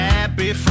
Happy